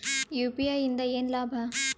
UPI ಇಂದ ಏನ್ ಲಾಭ?